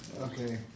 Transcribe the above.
Okay